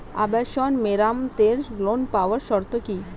আবাসন মেরামতের ঋণ পাওয়ার শর্ত কি?